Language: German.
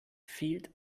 fehlt